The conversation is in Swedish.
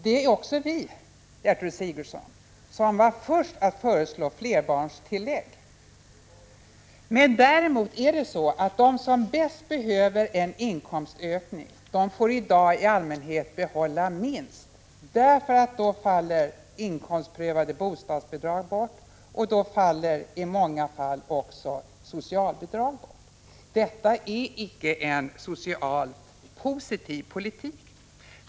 Det var också vi, Gertrud Sigurdsen, som var först att föreslå flerbarnstillägg. Men däremot är det så att de som bäst behöver en inkomstökning får i dag i allmänhet behålla minst. För dessa faller inkomstprövade bostadsbidrag bort, och då faller i många fall också socialbidragen bort. Detta är icke en socialt acceptabel politik.